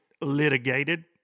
litigated